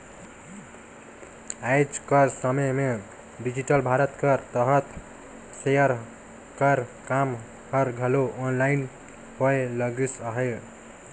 आएज कर समे में डिजिटल भारत कर तहत सेयर कर काम हर घलो आनलाईन होए लगिस अहे